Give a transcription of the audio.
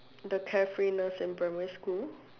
the carefreeness in primary school